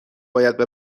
باید